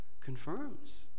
confirms